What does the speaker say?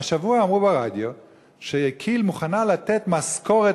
השבוע אמרו ברדיו שכי"ל מוכנה לתת משכורת